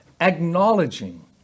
acknowledging